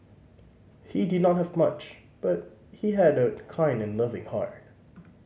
he did not have much but he had a kind and loving heart